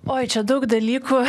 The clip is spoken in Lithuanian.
oi čia daug dalykų